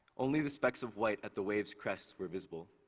only the specks of white at the waves' crests were visible.